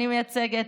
אני מייצגת,